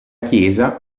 chiesa